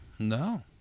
No